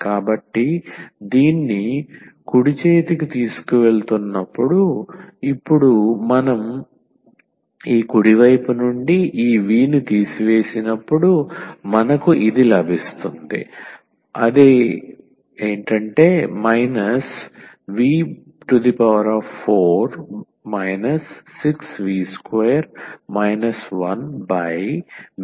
కాబట్టి దీన్ని కుడి చేతికి తీసుకువెళుతున్నప్పుడు ఇప్పుడు మనం ఈ కుడి వైపు నుండి ఈ v ను తీసివేసినప్పుడు మనకు ఇది లభిస్తుంది v4 6v2 1v33v